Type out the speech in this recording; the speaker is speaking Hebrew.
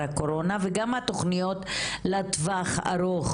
הקורונה וגם לתוכניות לטווח הארוך.